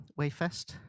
Wayfest